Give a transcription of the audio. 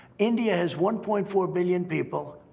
india has one point four billion people.